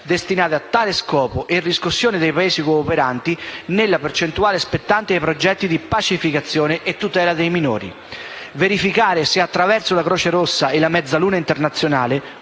destinate a tale scopo e riscosse dai Paesi cooperanti nella percentuale spettante ai progetti di pacificazione e tutela dei minori, a verificare se attraverso la Croce Rossa e la Mezzaluna Rossa internazionale